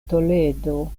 toledo